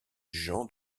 jean